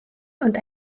und